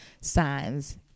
signs